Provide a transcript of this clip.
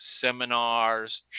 seminars